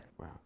Wow